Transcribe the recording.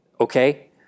Okay